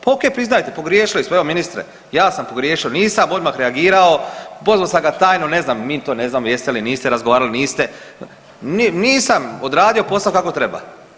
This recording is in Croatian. Pa ok priznajte pogriješili smo, evo ministre ja sam pogriješio, nisam odmah reagirao, pozvao sam ga tajno ne znam, mi to ne znamo jeste li, niste razgovarali, niste, nisam odradio posao kako treba.